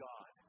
God